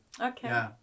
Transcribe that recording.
Okay